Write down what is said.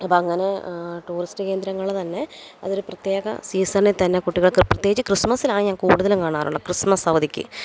അപ്പോള് അങ്ങനെ ടൂറിസ്റ്റ് കേന്ദ്രങ്ങള് തന്നെ അതൊരു പ്രത്യേക സീസണില് തന്നെ കുട്ടികള്ക്ക് പ്രത്യേകിച്ച് ക്രിസ്മസിനാണ് ഞാന് കൂടുതലും കാണാറുള്ളത് ക്രിസ്മസ് അവധിക്ക്